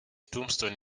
tombstone